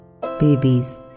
Babies